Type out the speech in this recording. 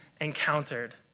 encountered